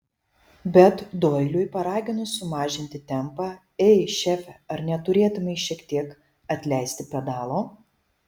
bet doiliui paraginus sumažinti tempą ei šefe ar neturėtumei šiek tiek atleisti pedalo